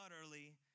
utterly